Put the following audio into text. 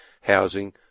housing